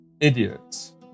Idiots